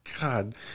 God